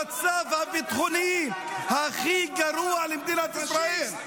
אתה מסיים את דרכך במצב הביטחוני הכי גרוע למדינת ישראל.